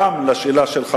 גם לשאלה שלך,